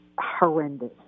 horrendous